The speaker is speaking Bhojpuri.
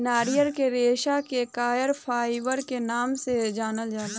नारियल के रेशा के कॉयर फाइबर के नाम से जानल जाला